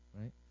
right